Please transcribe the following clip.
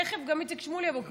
תכף גם איציק שמולי יבוא,